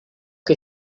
que